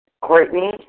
Courtney